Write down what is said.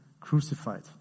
crucified